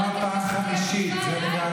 את לא תשאלי אותי